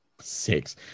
six